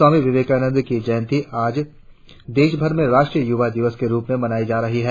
स्वामी विवेकानंद की जयंती आज देशभर में राष्ट्रीय युवा दिवस के रुप में मनाई जा रही है